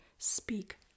Speak